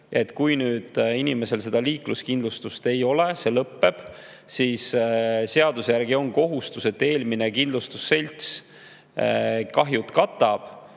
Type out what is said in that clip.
Kui inimesel liikluskindlustust ei ole, see on lõppenud, siis seaduse järgi on kohustus, et eelmine kindlustusselts kataks kahjud.